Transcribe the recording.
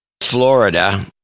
Florida